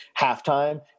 halftime